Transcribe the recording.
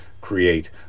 create